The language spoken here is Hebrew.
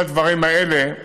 כל הדברים האלה,